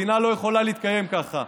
מדינה לא יכולה להתקיים ככה.